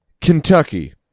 Kentucky